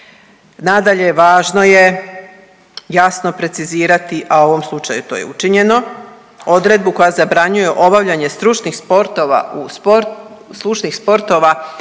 Nadalje, važno je jasno precizirati, a u ovom slučaju to je učinjeno, odredbu koja zabranjuje obavljanje stručnih sportova u slušnih sportova,